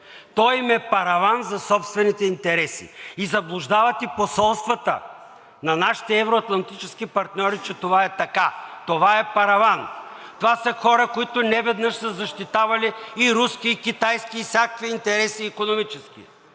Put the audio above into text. Той им е параван за собствените интереси. И заблуждават и посолствата на нашите евро-атлантически партньори, че това е така. Това е параван. Това са хора, които неведнъж са защитавали и руски, и китайски, и всякакви интереси – икономически,